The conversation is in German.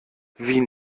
wie